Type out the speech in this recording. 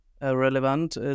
relevant